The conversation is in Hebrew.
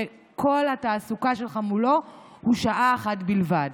שכל התעסוקה שלך מולו היא שעה אחת בלבד.